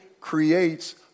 creates